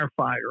firefighter